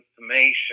information